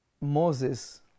Moses